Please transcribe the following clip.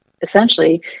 essentially